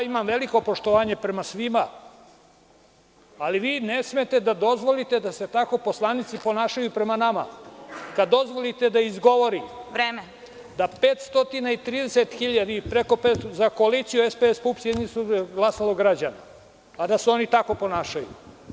Ja imam veliko poštovanje prema svima, ali vi ne smete da dozvolite da se tako poslanici ponašaju prema nama, kada dozvolite da izgovorim… (Predsedavajuća: Vreme.) …da je 530.000 i preko, za koaliciju SPS, PUPS, JS glasalo građana, a da se oni tako ponašaju.